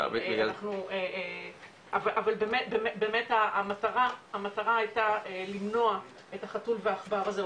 אבל באמת המטרה הייתה למנוע את החתול והעכבר הזה,